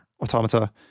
automata